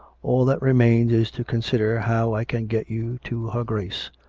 all that remains is to consider how i can get you to her grace.